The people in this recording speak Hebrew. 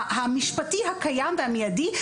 המשפטי הקיים והמיידי,